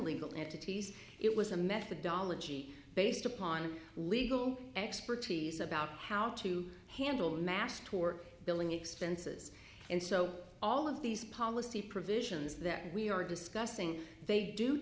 legal entities it was a methodology based upon legal expertise about how to handle mass tour billing expenses and so all of these policy provisions that we are discussing they do